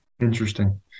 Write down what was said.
Interesting